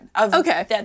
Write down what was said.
Okay